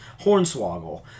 Hornswoggle